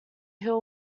heel